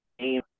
name